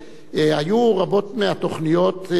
רבות מהתוכניות,